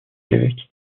l’évêque